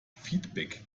feedback